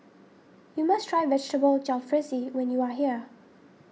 you must try Vegetable Jalfrezi when you are here